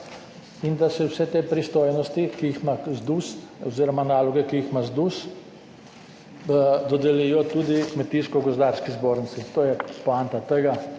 in da se vse te pristojnosti, ki jih ima ZDUS oziroma naloge, ki jih ima ZDUS dodelijo tudi Kmetijsko gozdarski zbornici - to je poanta tega,